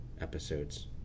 episodes